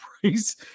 price